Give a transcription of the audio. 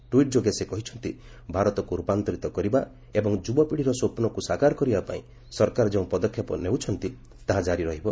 ଟ୍ପିଟ୍ ଯୋଗେ ସେ କହିଛନ୍ତି ଭାରତକୁ ରୂପାନ୍ତରିତ କରିବା ଏବଂ ଯୁବପିଢ଼ିର ସ୍ୱପ୍ନକୁ ସାକାର କରିବା ପାଇଁ ସରକାର ଯେଉଁ ପଦକ୍ଷେପ ନେଉଛନ୍ତି ତାହା ଜାରି ରହିବ